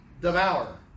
devour